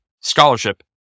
scholarship